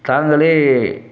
தாங்களே